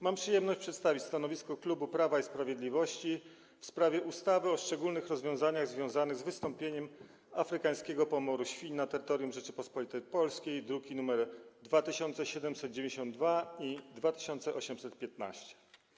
Mam przyjemność przedstawić stanowisko klubu Prawo i Sprawiedliwość w sprawie projektu ustawy o szczególnych rozwiązaniach związanych z wystąpieniem afrykańskiego pomoru świń na terytorium Rzeczypospolitej Polskiej, druki nr 2792 i 2815.